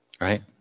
right